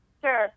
Sure